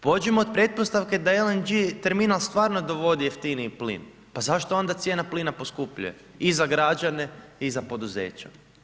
Pođimo od pretpostavke da LNG terminal stvarno dovodi jeftiniji plin, pa zašto onda cijena plina poskupljuje i za građane i za poduzeća.